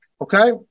okay